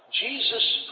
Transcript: Jesus